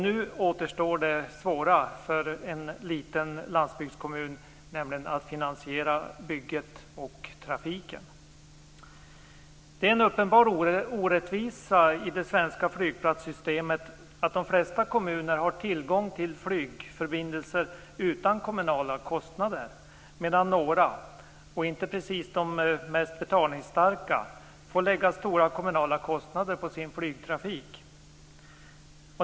Nu återstår det svåra för en liten landsbygdskommun, nämligen att finansiera bygget och trafiken. Det är en uppenbar orättvisa i det svenska flygplatssystemet att de flesta kommuner har tillgång till flygförbindelser utan kommunala kostnader medan några, och inte precis de mest betalningsstarka, får lägga stora kommunala kostnader på sin flygtrafik.